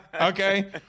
Okay